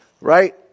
right